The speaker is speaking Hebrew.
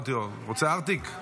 אמרתי לו: רוצה ארטיק?